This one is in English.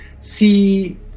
see